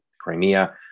Crimea